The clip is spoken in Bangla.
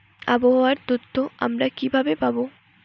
আবহাওয়ার তথ্য আমরা কিভাবে পাব?